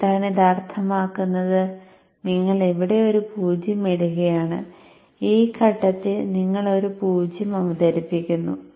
എന്താണ് ഇത് അർത്ഥമാക്കുന്നത് നിങ്ങൾ ഇവിടെ ഒരു പൂജ്യം ഇടുകയാണ് ഈ ഘട്ടത്തിൽ നിങ്ങൾ ഒരു പൂജ്യം അവതരിപ്പിക്കുന്നു